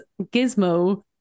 gizmo